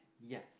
yes